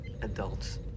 Adults